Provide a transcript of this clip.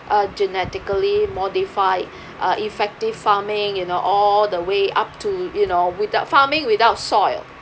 uh genetically modified uh effective farming you know all the way up to you know without farming without soil